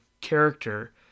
character